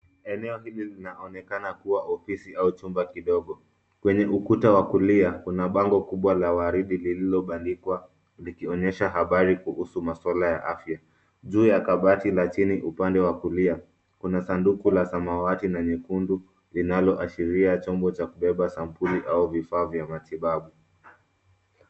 Eneo hili linaonekana kuwa ofisi au chumba kidogo. Kwenye ukuta wa kulia kuna bango kubwa la waridi lililobandikwa, likionyesha habari kuhusu maswala ya afya. Juu ya kabati la chini upande wa kulia, kuna sanduku la samawati na nyekundu, linaloashiria chombo cha kubeba sampuli au vifaa vya matibabu.